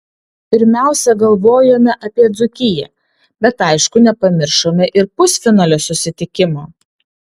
pirmiausia galvojome apie dzūkiją bet aišku nepamiršome ir pusfinalio susitikimo